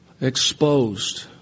exposed